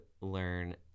learn